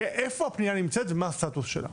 איפה נמצאת הפניה ומה הסטטוס שלה.